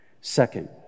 Second